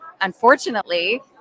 unfortunately